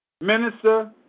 minister